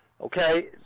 okay